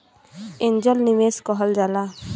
angel निवेस कहल जाला